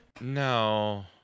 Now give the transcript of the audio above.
No